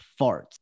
farts